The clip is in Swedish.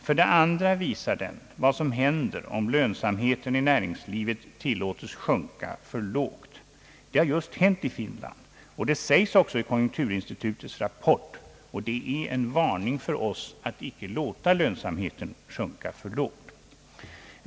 För det andra visar det vad som händer, om lönsamheten i näringslivet tillåts sjunka för lågt. Just detta har hänt i Finland, och det sägs också i konjunkturinstitutets rapport. Detta är en varning för oss att icke låta lönsamheten sjunka för lågt.